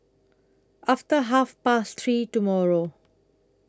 after Half Past three tomorrow